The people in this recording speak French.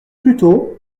plutôt